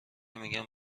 میگن